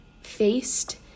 faced